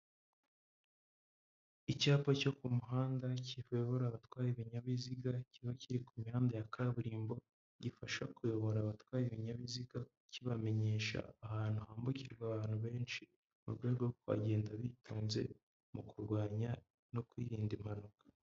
Icyapa cyo ku muhanda kiyobora abatwaye ibinyabiziga, kiba kiri ku mihanda ya kaburimbo, gifasha kuyobora abatwaye ibinyabiziga kibamenyesha ahantu hambukirwa abantu benshi, mu rwego rwo kuhagenda bitanze mu kurwanya no kwirinda impanuka.